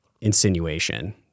insinuation